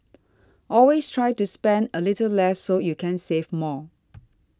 always try to spend a little less so you can save more